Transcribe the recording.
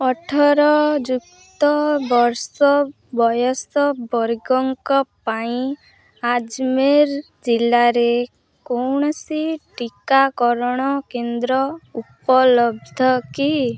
ଅଠର ୟୁକ୍ତ ବର୍ଷ ବୟସ ବର୍ଗଙ୍କ ପାଇଁ ଆଜ୍ମେର୍ ଜିଲ୍ଲାରେ କୌଣସି ଟିକାକରଣ କେନ୍ଦ୍ର ଉପଲବ୍ଧ କି